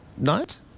night